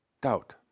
Doubt